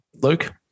Luke